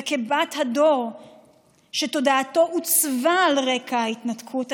וכבת הדור שתודעתו עוצבה על רקע ההתנתקות,